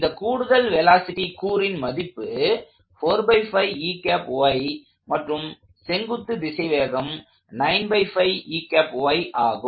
இந்தக் கூடுதல் வெலாசிட்டி கூறின் மதிப்பு மற்றும் செங்குத்து திசைவேகம் ஆகும்